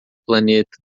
planeta